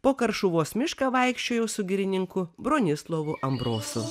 po karšuvos mišką vaikščiojau su girininku bronislovu ambrozu